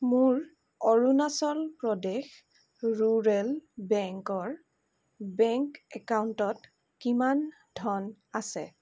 মোৰ অৰুনাচল প্ৰদেশ ৰুৰেল বেংকৰ বেংক একাউণ্টত কিমান ধন আছে